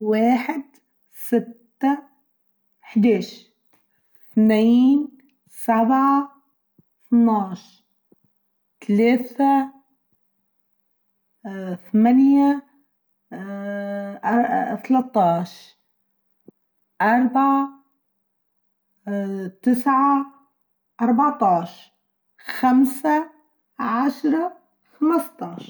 واحد سته حيداش ، إثنين سبعه إثناش ، ثلاثه ثمانيه ثلتاش ، أربعه تسعه أربعتاش ،خمسه عشره خمستاش.